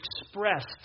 expressed